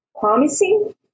promising